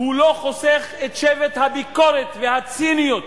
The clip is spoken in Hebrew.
הוא לא חוסך את שבט הביקורת והציניות